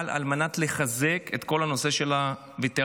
על מנת לחזק את כל הנושא של הווטרנים,